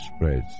spreads